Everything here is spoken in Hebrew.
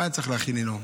מה אני צריך להכין לנאום?